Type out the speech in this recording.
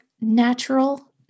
natural